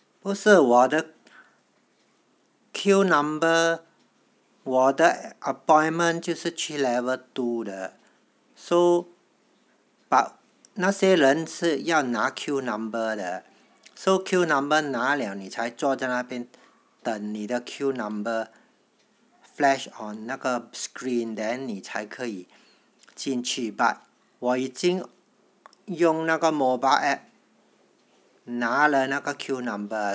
不是我的 queue number 我的 appointment 就是去 level two 的 so but 那些人是要拿 queue number 的 so queue number 拿了你才坐在那边等你的 queue number flash on 那个 screen then 你才可以进去 but 我已经用那个 mobile app 拿了那个 queue number